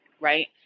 right